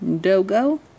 Dogo